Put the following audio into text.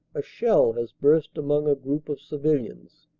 a shell has burst among a group of civilians.